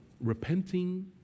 repenting